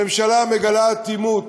הממשלה מגלה אטימות,